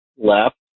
left